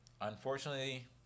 Unfortunately